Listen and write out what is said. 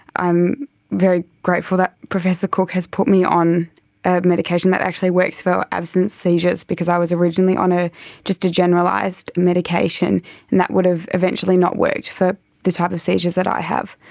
i'm very grateful that professor cooke has put me on a medication that actually works for absence seizures because i was originally on ah just a generalised medication and that would have eventually not worked for the type of seizures that i have.